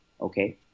Okay